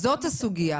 זאת הסוגיה.